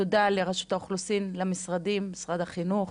תודה לרשות האוכלוסין, למשרדים, למשרד החינוך,